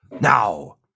Now